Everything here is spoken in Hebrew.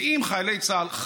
ואם חיילי צה"ל,